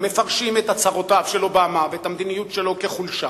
מפרשים את הצהרותיו של אובמה ואת המדיניות שלו כחולשה.